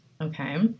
okay